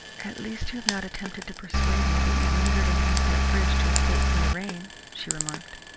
at least you have not attempted to persuade me that you lingered underneath that bridge to escape from the rain, she remarked.